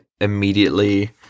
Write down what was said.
immediately